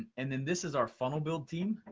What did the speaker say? and then this is our funnel-build team.